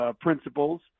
principles